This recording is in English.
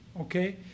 okay